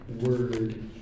word